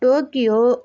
Tokyo